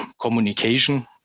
communication